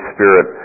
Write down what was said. Spirit